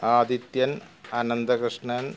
Adithyan Ananthakrishnan